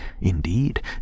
Indeed